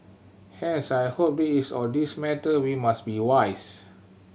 hence I hope it is all these matter we must be wise